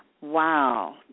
Wow